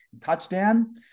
Touchdown